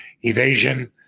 Evasion